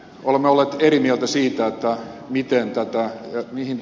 olemme olleet eri mieltä siitä että a viiteensataan mieheen